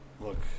look